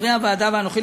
חברי הוועדה ואנוכי,